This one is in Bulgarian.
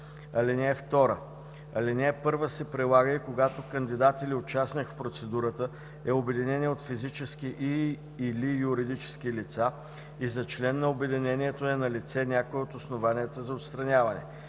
(2) Алинея 1 се прилага и когато кандидат или участник в процедурата е обединение от физически и/или юридически лица и за член на обединението е налице някое от основанията за отстраняване.